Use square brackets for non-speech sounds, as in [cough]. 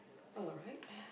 alright [breath]